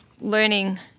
Learning